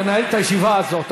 בושה וחרפה.